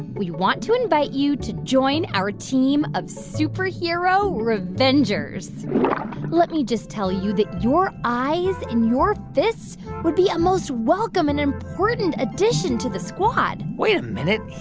we want to invite you to join our team of superhero revengers let me just tell you that your eyes and your fists would be a most welcome and important addition to the squad wait a minute.